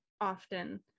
often